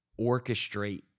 orchestrate